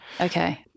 Okay